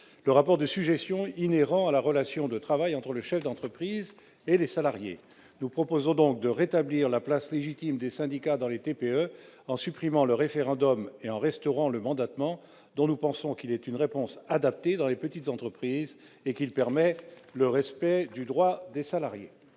le rapport de sujétion inhérent à la relation de travail entre le chef d'entreprise et les salariés. Nous proposons donc de redonner leur place légitime aux syndicats dans les TPE, en supprimant le référendum et en restaurant le mandatement, dont nous pensons qu'il constitue une réponse adaptée dans les petites entreprises et qu'il permet le respect du droit des salariés.